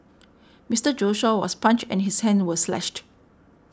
Mister Joshua was punched and his hands were slashed